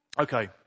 Okay